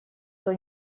кто